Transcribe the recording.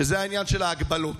שזה העניין של ההגבלות.